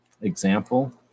example